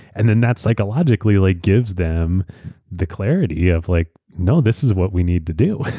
and and that psychologically like gives them the clarity of like, no, this is what we need to do.